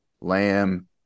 Lamb